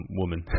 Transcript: woman